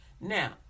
Now